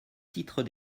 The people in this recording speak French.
titre